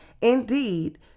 Indeed